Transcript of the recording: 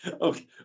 Okay